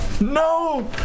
No